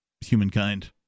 humankind